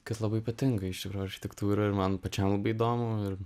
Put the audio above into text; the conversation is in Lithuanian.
kad labai ypatinga iš tikro architektūra ir man pačiam įdomu ir